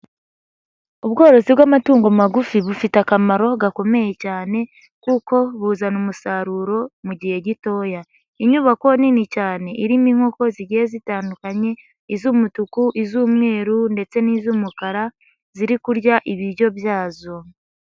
Ubworozi bw'amatungo magufi bufite akamaro gakomeye cyane kuko buzana umusaruro mu gihe gitoya. Inyubako nini cyane irimo inkoko zigiye zitandukanye iz'umutuku, iz'umweru, ndetse n'iz'umukara ziri kurya ibiryo byazo.